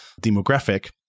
demographic